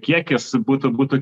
kiekis būtų būtų